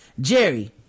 Jerry